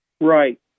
Right